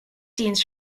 scenes